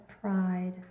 pride